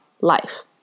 life